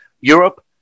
Europe